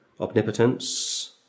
omnipotence